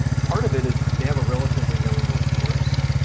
part of it is they have a relatively young workforce,